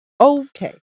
Okay